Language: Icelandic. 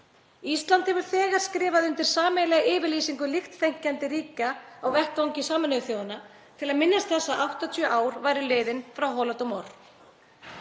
Ísland hefur þegar skrifað undir sameiginlega yfirlýsingu líkt þenkjandi ríkja á vettvangi Sameinuðu þjóðanna til að minnast þess að 80 ár væru liðin frá Holodomor.